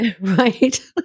right